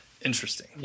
interesting